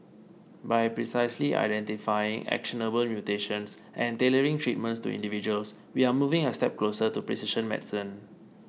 by precisely identifying actionable mutations and tailoring treatments to individuals we are moving a step closer to precision medicine